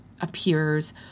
appears